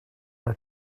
are